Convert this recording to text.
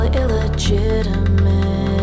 illegitimate